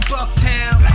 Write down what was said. Bucktown